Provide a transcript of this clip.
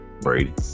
Brady